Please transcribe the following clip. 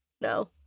No